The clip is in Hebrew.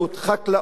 חקלאות